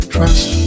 Trust